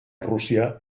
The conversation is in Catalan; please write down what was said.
rússia